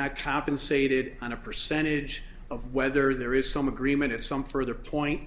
not compensated on a percentage of whether there is some agreement at some further point